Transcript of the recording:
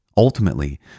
Ultimately